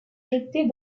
jeter